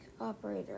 operator